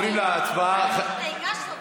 מאוד ברור לו שהוא נגד הצהרת העצמאות,